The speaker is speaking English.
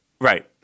right